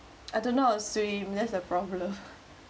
I don't know how to swim that's the problem